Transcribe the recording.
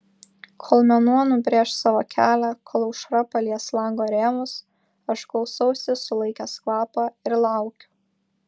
kol mėnuo nubrėš savo kelią kol aušra palies lango rėmus aš klausausi sulaikęs kvapą ir laukiu